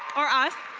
or us?